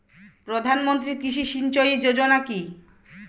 প্রধানমন্ত্রী কৃষি সিঞ্চয়ী যোজনা কি?